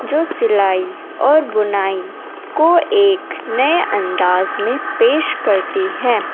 جو سلائی اور بنائی کو ایک نئے انداز میں پیش کرتی ہے